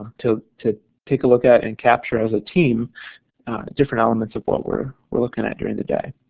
to to take a look at and capture as a team different elements of what we're we're looking at during the day.